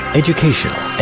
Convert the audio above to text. educational